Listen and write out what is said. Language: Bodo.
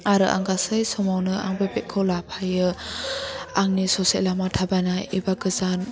आरो आं गासै समावनो आं बे बेगखौ लाफायो आंनि ससे लामा थाबायनाय एबा गोजान लामा